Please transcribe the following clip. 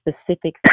specific